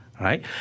right